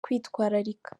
kwitwararika